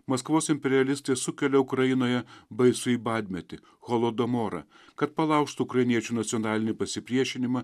maskvos imperialistai sukelia ukrainoje baisųjį badmetį holodomorą kad palaužtų ukrainiečių nacionalinį pasipriešinimą